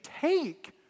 take